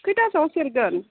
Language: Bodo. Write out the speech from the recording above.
खैथासोआव सेरगोन